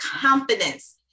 confidence